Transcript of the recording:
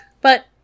But-